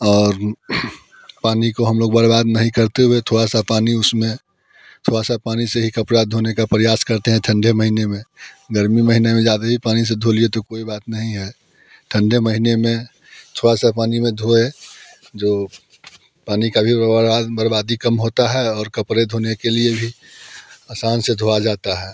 और पानी को हम लोग बर्बाद नहीं करते हुए थोड़ा सा पानी उसमें थोड़े से पानी से ही कपड़े धोने का प्रयास करते हैं ठंडे महीने में गर्मी महीने में ज़्यादा ही पानी से धो लिए तो कोई बात नहीं है ठंडे महीने में थोड़ा सा पानी में धोए जो पानी का भी व्यवहार बर्बादी कम होता है और कपड़े धोने के लिए भी आसान से धोए जाते हैं